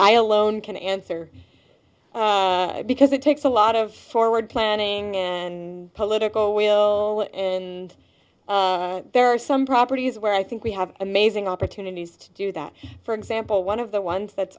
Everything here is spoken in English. i alone can answer because it takes a lot of forward planning and political will and there are some properties where i think we have amazing opportunities to do that for example one of the ones that